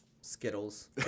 Skittles